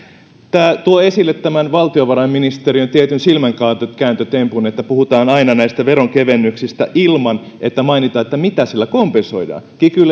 tämä tuo esille valtiovarainministeriön tietyn silmänkääntötempun että puhutaan aina veronkevennyksistä ilman että mainitaan mitä niillä kompensoidaan kiky